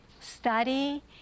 study